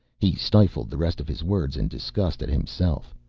he stifled the rest of his words in disgust, at himself,